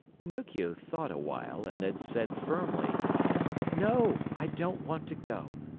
pinocchio thought a while and then said firmly no, i don't want to go.